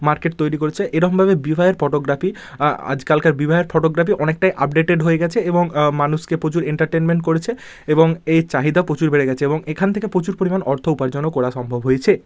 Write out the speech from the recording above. market তৈরি করেছে এরমভাবে বিবাহের ফটোগ্রাফি আজকালকার বিবাহের ফটোগ্রাফি অনেকটাই আপডেটেড হয়ে গেছে এবং মানুষকে প্রচুর এন্টারটেনমেন্ট করেছে এবং এই চাহিদা প্রচুর বেড়ে গেছে এবং এখান থেকে প্রচুর পরিমাণ অর্থ উপার্জনও করা সম্ভব হয়েছে